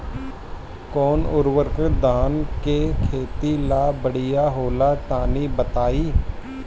कौन उर्वरक धान के खेती ला बढ़िया होला तनी बताई?